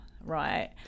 right